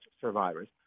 survivors